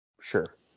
Sure